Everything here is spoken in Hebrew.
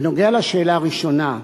בנוגע לשאלה הראשונה,